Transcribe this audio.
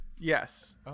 Yes